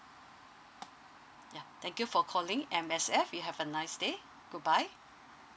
ya thank you for calling M_S_F you have a nice day good bye